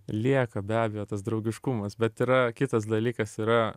lieka be abejo tas draugiškumas bet yra kitas dalykas yra